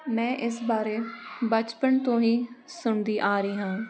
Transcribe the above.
ਮੈਂ ਇਸ ਬਾਰੇ ਬਚਪਨ ਤੋਂ ਹੀ ਸੁਣਦੀ ਆ ਰਹੀ ਹਾਂ